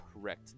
correct